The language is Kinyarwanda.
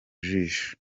jisho